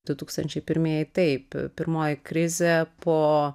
du tūkstančiai pirmieji taip pirmoji krizė po